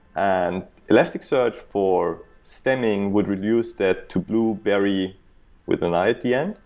and elasticsearch for stemming would reduce that to blueberri with an i at the end,